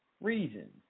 Reason